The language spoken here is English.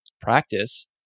practice